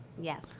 yes